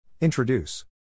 Introduce